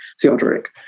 Theodoric